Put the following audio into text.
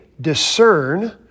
discern